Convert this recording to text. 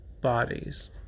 bodies